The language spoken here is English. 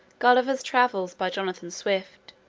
gulliver's travels by jonathan swift